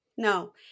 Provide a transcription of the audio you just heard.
No